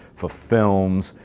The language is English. for films,